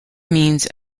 means